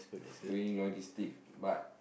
doing logistics but